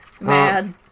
Mad